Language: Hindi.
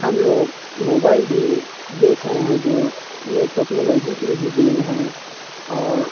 हम लोग मोबाइल भी देख रहे हैं जो ये टेक्नोलॉजी की ही देन है और